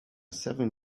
seven